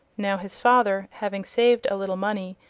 now his father having saved a little money,